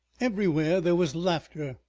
everywhere there was laughter,